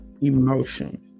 emotion